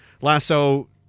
lasso